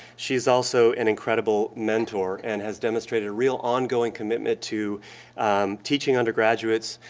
she's also an incredible mentor and has demonstrated a real ongoing commitment to teaching undergraduates,